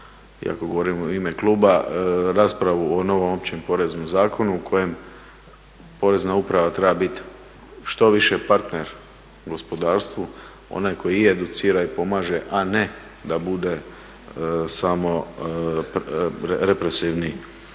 iako govorim u ime kluba raspravu o novom općem poreznom zakonu u kojem Porezna uprava treba biti što više partner gospodarstvu, onaj koji i educira i pomaže, a ne da bude samo represivni